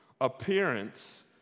appearance